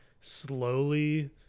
slowly